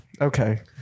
Okay